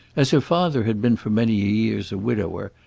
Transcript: as her father had been for many years a widower,